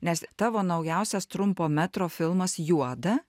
nes tavo naujausias trumpo metro filmas juoda